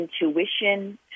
intuition